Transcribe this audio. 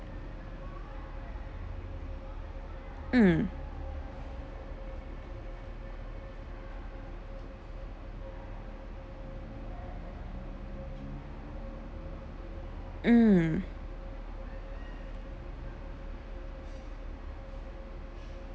mm mm